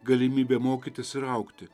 galimybė mokytis ir augti